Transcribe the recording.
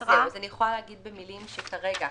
אז אני יכולה להגיד במילים שכרגע,